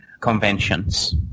conventions